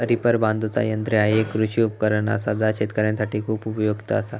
reaper बांधुचा यंत्र ह्या एक कृषी उपकरण असा जा शेतकऱ्यांसाठी खूप उपयुक्त असा